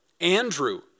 Andrew